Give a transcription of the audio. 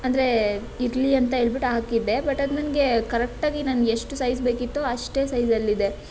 ಅಂದರೆ ಇರಲಿ ಅಂತ ಹೇಳಿಬಿಟ್ಟು ಹಾಕಿದ್ದೆ ಬಟ್ ಅದು ನನಗೆ ಕರೆಕ್ಟಾಗಿ ನನಗೆ ಎಷ್ಟು ಸೈಝ್ ಬೇಕಿತ್ತೋ ಅಷ್ಟೇ ಸೈಝಲ್ಲಿದೆ